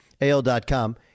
AL.com